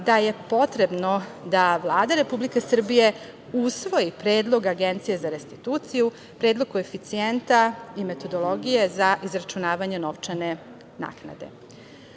da je potrebno da Vlada Republike Srbije usvoji predlog Agencije za restituciju, predlog koeficijenta i metodologije za izračunavanje novčane naknade.U